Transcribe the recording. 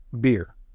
beer